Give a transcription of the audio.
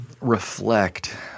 reflect